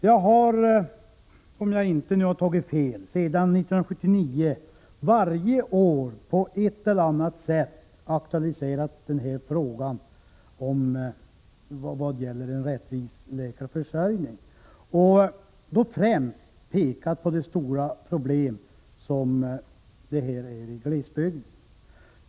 Jag har, om jag inte tagit fel, sedan 1979 varje år på ett eller annat sätt aktualiserat frågan om rättvis läkarförsörjning och då främst pekat på det stora problemet i detta avseende i glesbygden.